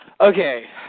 Okay